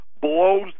blows